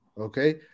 Okay